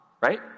right